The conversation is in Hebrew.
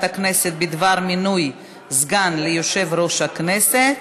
הכנסת בדבר מינוי סגן ליושב-ראש הכנסת.